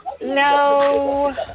No